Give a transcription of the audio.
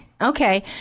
Okay